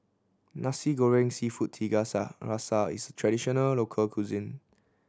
Nasi Goreng Seafood tiga rasa is a traditional local cuisine